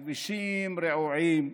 הכבישים רעועים,